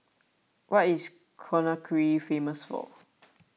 what is Conakry famous for